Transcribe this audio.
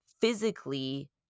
physically